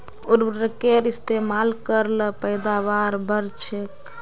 उर्वरकेर इस्तेमाल कर ल पैदावार बढ़छेक